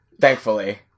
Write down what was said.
thankfully